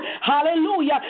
Hallelujah